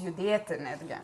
judėti netgi